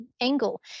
angle